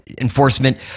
enforcement